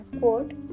Quote